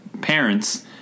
parents